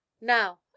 now